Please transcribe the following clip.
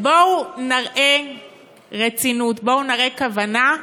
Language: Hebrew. בואו נראה רצינות, בואו נראה כוונה,